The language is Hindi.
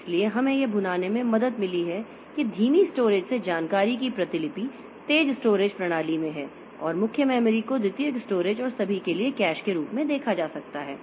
इसलिए हमें यह भुनाने में मदद मिली है कि धीमी स्टोरेज से जानकारी की प्रतिलिपि तेज स्टोरेज प्रणाली में है और मुख्य मेमोरी को द्वितीयक स्टोरेज और सभी के लिए कैश के रूप में देखा जा सकता है